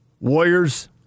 Warriors